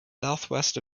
southwest